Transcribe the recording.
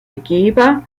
begehbar